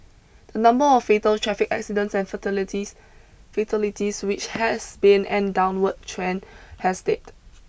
the number of fatal traffic accidents and fatalities fatalities which has been an downward trend has dipped